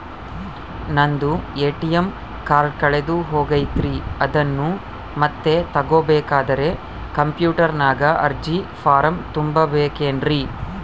ನಂದು ATM card ಕಳೆದು ಹೋಗೈತ್ರಿ ಅದನ್ನು ಮತ್ತೆ ತಗೋಬೇಕಾದರೆ ಕಂಪ್ಯೂಟರ್ ನಾಗ ಅರ್ಜಿ ಫಾರಂ ತುಂಬಬೇಕನ್ರಿ?